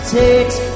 takes